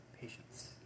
patience